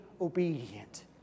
obedient